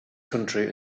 country